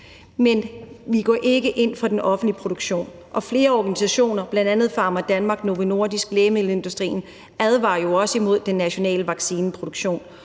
Men vi går ikke ind for den offentlige produktion. Og flere organisationer, bl.a. Pharmadanmark, Novo Nordisk og lægemiddelindustrien advarer jo også imod den nationale vaccineproduktion